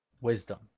Wisdom